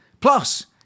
Plus